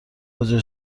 واجد